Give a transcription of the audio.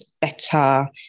better